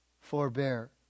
forbear